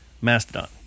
Mastodon